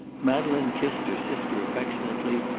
madeleine kissed her sister affectionately,